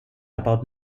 about